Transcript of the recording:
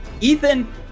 Ethan